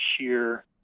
sheer